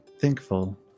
thankful